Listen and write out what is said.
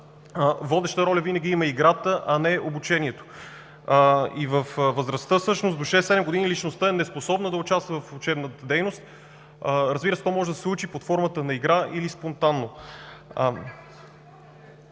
деца винаги има играта, а не обучението. И във възрастта, всъщност до шест-седем години личността е неспособна да участва в учебната дейност. Разбира се това може да се учи под формата на игра или спонтанно.